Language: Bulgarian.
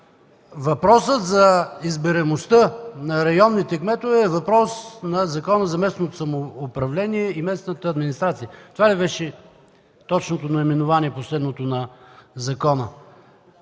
въпросът за избираемостта на районните кметове е въпрос на Закона за местното самоуправление и местната администрация. Това беше последното точно наименование на закона.